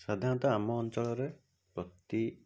ସାଧାରଣତଃ ଆମ ଅଞ୍ଚଳରେ ପ୍ରତି